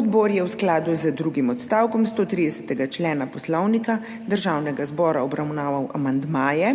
Odbor je v skladu z drugim odstavkom 130. člena Poslovnika Državnega zbora obravnaval amandmaje